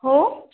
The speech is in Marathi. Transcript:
हो